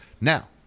Now